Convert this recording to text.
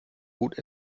gut